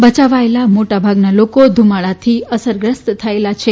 બયાવાયેલા મોટાભાગના લોકો ધુમાડાથી અસરગ્રસ્ત થયેલા છે